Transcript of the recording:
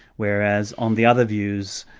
whereas on the other views,